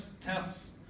tests